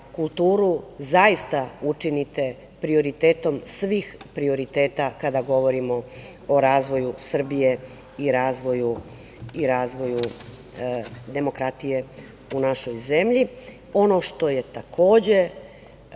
zaista učinite prioritetom svih prioriteta, kada govorimo o razvoju Srbije i razvoju demokratije u našoj zemlji. Ono što je takođe